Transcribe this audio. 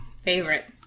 Favorite